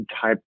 type